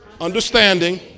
understanding